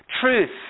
truth